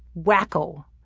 whacko.